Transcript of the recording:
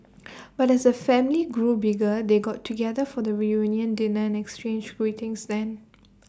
but as A family grew bigger they got together for the reunion dinner and exchanged greetings then